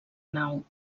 nau